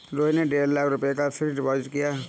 रोहित ने डेढ़ लाख रुपए का फ़िक्स्ड डिपॉज़िट किया